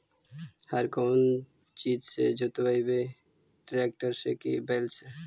हर कौन चीज से जोतइयै टरेकटर से कि बैल से?